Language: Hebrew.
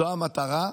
זו המטרה,